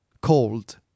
cold